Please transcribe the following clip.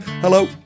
Hello